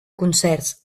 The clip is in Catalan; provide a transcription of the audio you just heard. concerts